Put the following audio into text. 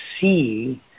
see